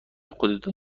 خودتان